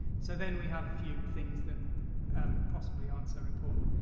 so then we have a few things that and possibly aren't so important.